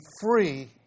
free